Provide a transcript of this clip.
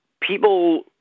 people